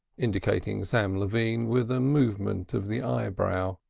indicating sam levine with a movement of the eyebrow.